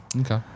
Okay